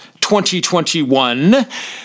2021